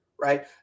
right